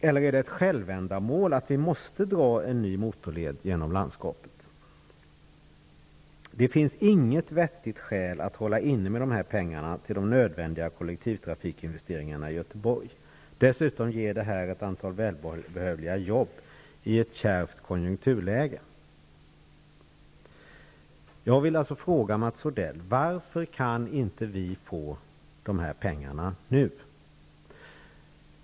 Eller är det ett självändamål att vi måste dra en ny motorled genom landskapet? Det finns inget vettigt skäl att hålla inne med pengarna till de nödvändiga kollektivtrafikinvesteringarna i Göteborg, vilka dessutom ger välbehövliga jobb i ett kärvt konjunkturläge. Jag vill alltså fråga Mats Odell varför vi inte kan få de här pengarna nu.